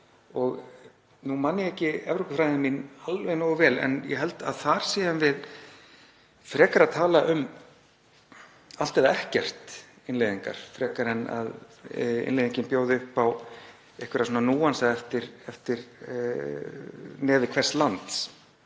Nú man ég ekki Evrópufræðin mín alveg nógu vel en ég held að þar séum við frekar að tala um „allt eða ekkert“-innleiðingar, frekar en að innleiðingin bjóði upp á einhverja „núansa“ eftir nefi hvers lands.